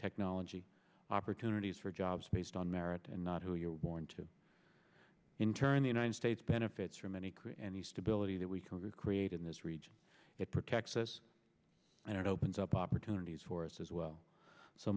technology opportunities for jobs based on merit and not who you're born to in turn the united states benefits from any create and the stability that we can create in this region it protects us and it opens up opportunities for us as well so